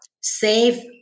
Save